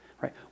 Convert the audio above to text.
right